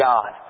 God